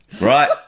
right